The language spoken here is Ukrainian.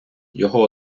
його